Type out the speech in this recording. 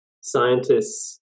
scientists